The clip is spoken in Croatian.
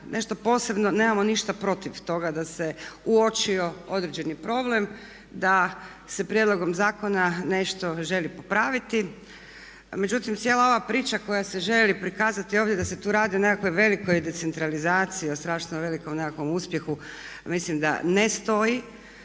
nešto posebno nemamo ništa protiv toga da se uočio određeni problem, da se prijedlogom zakona nešto želi popraviti međutim cijela ova priča koja se želi prikazati ovdje da se tu radi o nekakvoj velikoj decentralizaciji, o strašno velikom nekakvom uspjehu mislim da ne stoji.